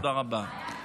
תודה רבה.